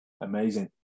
amazing